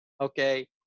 okay